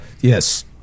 Yes